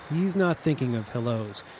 he's not thinking of hellos.